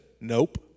nope